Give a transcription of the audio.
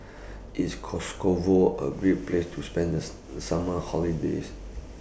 IS A Great Place to spend This The Summer holidays